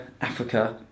Africa